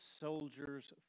Soldiers